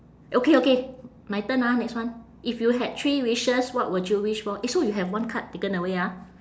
okay okay my turn ah next one if you had three wishes what would you wish for eh so you have one card taken away ah